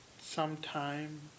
sometime